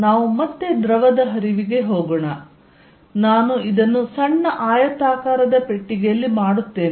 ನಾವು ಮತ್ತೆ ದ್ರವದ ಹರಿವಿಗೆ ಹೋಗೋಣ ಮತ್ತು ನಾನು ಇದನ್ನು ಸಣ್ಣ ಆಯತಾಕಾರದ ಪೆಟ್ಟಿಗೆಯಲ್ಲಿ ಮಾಡುತ್ತೇನೆ